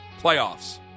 Playoffs